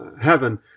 heaven